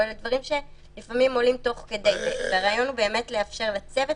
אלה דברים שלפעמים עולים תוך כדי והרעיון הוא באמת לאפשר לצוות